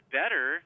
better –